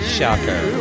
Shocker